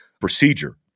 Procedure